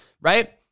right